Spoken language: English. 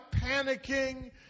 panicking